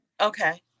Okay